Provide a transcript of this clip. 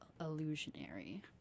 illusionary